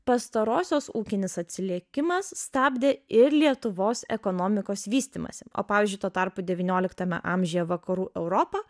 pastarosios ūkinis atsilikimas stabdė ir lietuvos ekonomikos vystymąsi o pavyzdžiui tuo tarpu devynioliktame amžiuje vakarų europa